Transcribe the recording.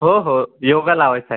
हो हो योगा लावायचा आहे